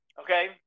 Okay